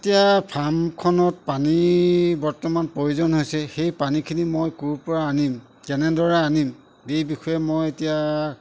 এতিয়া ফাৰ্মখনত পানী বৰ্তমান প্ৰয়োজন হৈছে সেই পানীখিনি মই ক'ৰ পৰা আনিম কেনেদৰে আনিম এই বিষয়ে মই এতিয়া